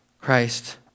Christ